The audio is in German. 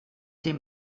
dem